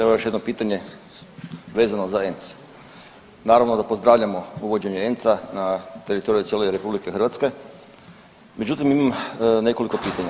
Evo još jedno pitanje vezano za ENC, naravno da pozdravljamo uvođenje ENC-a na teritoriju cijele RH, međutim imam nekoliko pitanja.